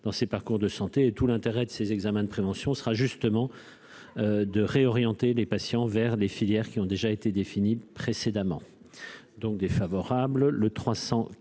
dans ces parcours de santé et tout l'intérêt de ses examens de prévention sera justement de réorienter les patients vers des filières qui ont déjà été définis précédemment donc défavorable, le 314